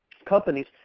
companies